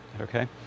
Okay